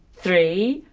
three.